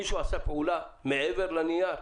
מישהו עשה פעולה מעבר לנייר?